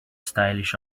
stylish